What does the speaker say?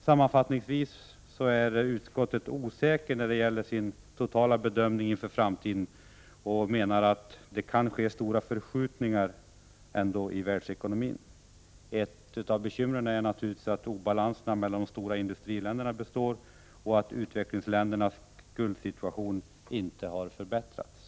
Sammanfattningsvis är man i utskottet osäker när det gäller den totala bedömningen inför framtiden, och man menar att det kan ske stora förskjutningar i världsekonomin. Ett av bekymren är naturligtvis att obalanserna mellan de stora industriländerna består och att utvecklingsländernas skuldsituation inte har förbättrats.